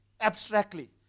abstractly